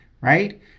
right